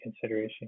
consideration